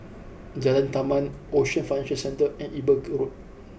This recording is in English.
Jalan Taman Ocean Financial Centre and Eber Road